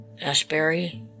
Ashbury